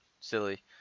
silly